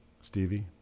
Stevie